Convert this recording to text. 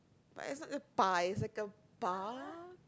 it's not a bye it's like a bar